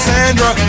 Sandra